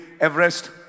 Everest